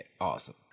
Awesome